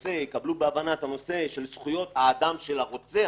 ויקבלו בהבנה את הנושא של זכויות האדם של הרוצח,